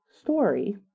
story